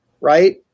right